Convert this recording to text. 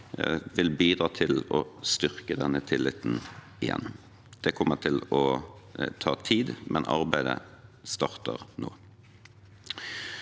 vil bidra til å styrke denne tilliten igjen. Det kommer til å ta tid, men arbeidet starter nå.